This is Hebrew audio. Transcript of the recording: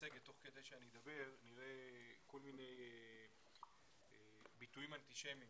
תוך כדי שאני אדבר אני אראה מצגת ונראה כל מיני ביטויים אנטישמיים